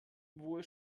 wohl